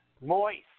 moist